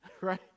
Right